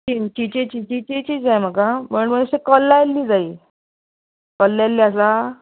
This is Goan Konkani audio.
चींन चिचेची चिचेची जाय म्हाका पूण अशें कोल्लायिल्ली जायी कोल्लायिल्ली आसचीना